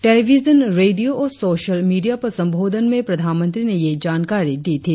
television radio और social media पर संबोधन में प्रधानमंत्री ने यह जानकारी दी थी